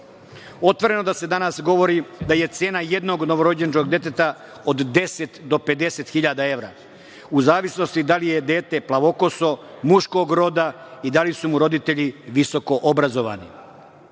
problem. Otvoreno da se danas govori da je cena jednog novorođenog deteta od deset do pedeset hiljada evra, u zavisnosti da li je dete plavokoso, muškog roda i da li su mu roditelji visokoobrazovani. Sve